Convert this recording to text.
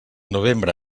novembre